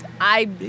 I